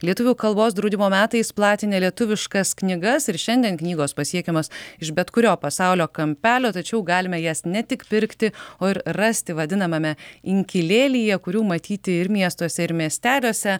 lietuvių kalbos draudimo metais platinę lietuviškas knygas ir šiandien knygos pasiekiamos iš bet kurio pasaulio kampelio tačiau galime jas ne tik pirkti o ir rasti vadinamame inkilėlyje kurių matyti ir miestuose ir miesteliuose